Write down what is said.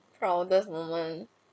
proudest moment